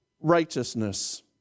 righteousness